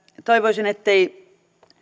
toivoisin ettei